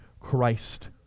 Christ